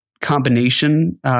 combination